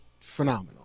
phenomenal